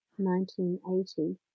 1980